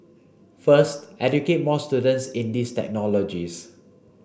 first educate more students in these technologies